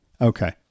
Okay